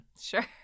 Sure